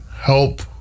help